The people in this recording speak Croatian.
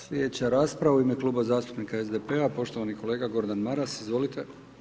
Sljedeća rasprava u ime Kluba zastupnika SDP-a poštovani kolega Gordan Maras, izvolite.